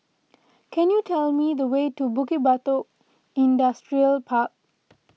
can you tell me the way to Bukit Batok Industrial Park